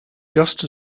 just